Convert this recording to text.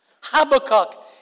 Habakkuk